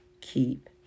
keep